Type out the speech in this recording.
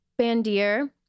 bandier